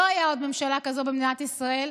לא הייתה עוד ממשלה כזאת במדינת ישראל.